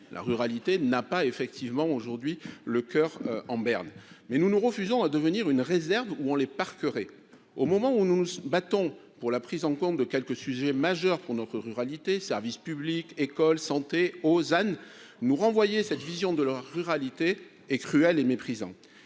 la ruralité n'a pas effectivement aujourd'hui le coeur en berne, mais nous nous refusons à devenir une réserve où on les Parker et au moment où nous nous battons pour la prise en compte de quelques sujets majeurs pour notre ruralité Services Publics École santé Ozanne nous renvoyer cette vision de la ruralité et cruel et méprisant,